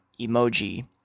emoji